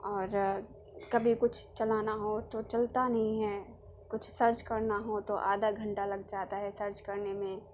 اور کبھی کچھ چلانا ہو تو چلتا نہیں ہے کچھ سرچ کرنا ہو تو آدھا گھنٹہ لگ جاتا ہے سرچ کرنے میں